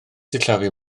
sillafu